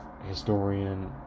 historian